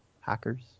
hackers